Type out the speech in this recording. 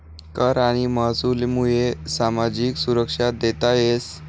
कर आणि महसूलमुये सामाजिक सुरक्षा देता येस